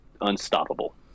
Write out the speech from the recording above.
unstoppable